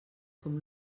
com